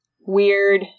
weird